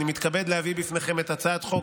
אני מתכבד להביא בפניכם את הצעת חוק